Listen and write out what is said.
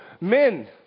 men